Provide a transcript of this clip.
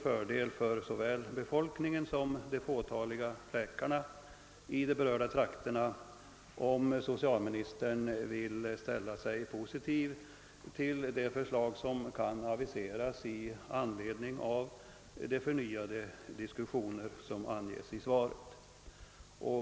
För såväl befolkningen som de fåtaliga läkarna i berörda trakter skulle det emellertid vara till stor fördel om socialministern vill ställa sig positiv till det förslag som eventuellt kommer att bli resultatet av de förnyade diskussioner som anges i svaret.